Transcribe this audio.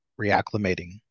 reacclimating